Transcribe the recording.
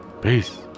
Peace